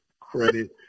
credit